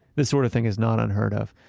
this sort of thing is not unheard of.